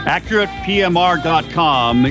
AccuratePMR.com